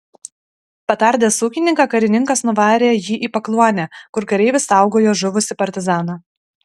patardęs ūkininką karininkas nuvarė jį į pakluonę kur kareivis saugojo žuvusį partizaną